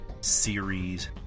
series